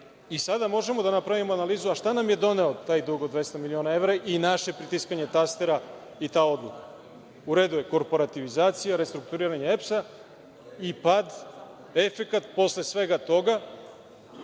Sada možemo da napravimo analizu, šta nam je doneo taj dug od 200 miliona evra i naše pritiskanje tastera i ta odluka? U redu je korporativizacija, restrukturiranje EPS-a i pad, efekat posle svega toga,